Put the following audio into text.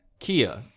Kia